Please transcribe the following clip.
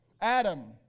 Adam